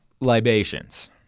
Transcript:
libations